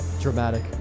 Dramatic